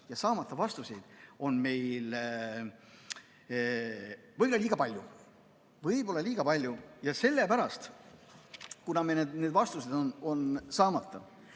ja saamata vastuseid on meil võib-olla liiga palju. Võib-olla liiga palju. Sellepärast, kuna meil on need vastused saamata,